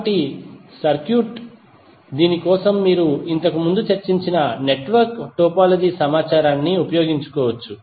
కాబట్టి దీని కోసం మీరు ఇంతకుముందు చర్చించిన నెట్వర్క్ టోపోలాజీ సమాచారాన్ని ఉపయోగించుకోవచ్చు